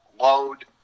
load